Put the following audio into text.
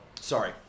sorry